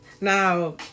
now